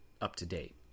up-to-date